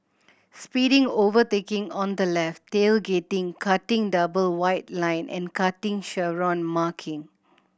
speeding overtaking on the left tailgating cutting double white line and cutting chevron marking